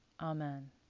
Amen